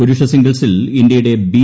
പുരുഷ സിംഗിൾസിൽ ഇന്ത്യയുടെ ്ബി